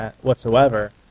whatsoever